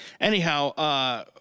anyhow